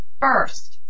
first